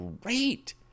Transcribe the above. great